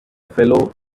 fellow